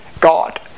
God